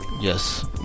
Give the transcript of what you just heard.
Yes